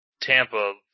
Tampa